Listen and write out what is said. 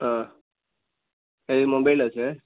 ஆ ஆ இது மொபைல்லா சார்